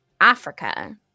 Africa